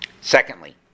Secondly